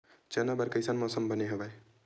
चना बर कइसन मौसम बने हवय?